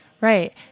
Right